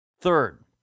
Third